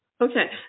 Okay